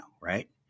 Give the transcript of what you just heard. right